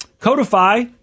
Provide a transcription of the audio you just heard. Codify